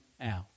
out